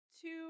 two